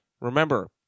remember